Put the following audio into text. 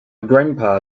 grandpa